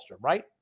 right